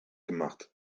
gemacht